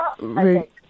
Right